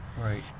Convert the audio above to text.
Right